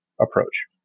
approach